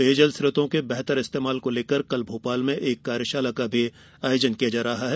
पेयजल स्रोतों के बेहतर इस्तेमाल को लेकर कल भोपाल में एक कार्यशाला का आयोजन भी किया गया है